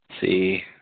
See